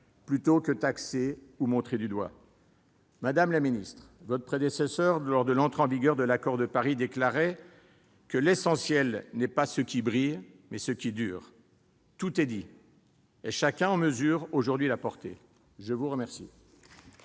plutôt que taxés ou montrés du doigt. Madame la secrétaire d'État, votre prédécesseur lors de l'entrée en vigueur de l'accord de Paris déclarait :« L'essentiel n'est pas ce qui brille, mais ce qui dure. » Tout est dit, et chacun en mesure aujourd'hui la portée ! La parole